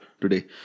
today